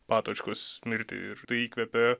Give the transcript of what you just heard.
patočkos mirtį ir tai įkvepė